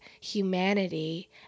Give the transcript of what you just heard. humanity